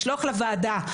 לשלוח לוועדה,